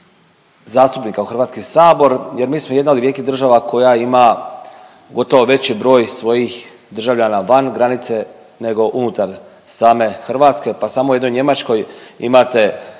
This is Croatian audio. zastupnika u HS jer mi smo jedna od rijetkih država koja ima gotovo veći broj svojih državljana van granice nego unutar same Hrvatske, pa samo u jednoj Njemačkoj imate